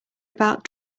about